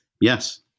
Yes